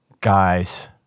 guys